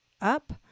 up